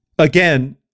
Again